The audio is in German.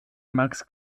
max